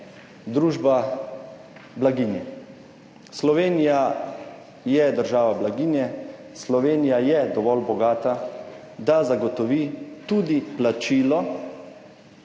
družba blaginje. Slovenija je država blaginje. Slovenija je dovolj bogata, da zagotovi tudi plačilo